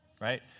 right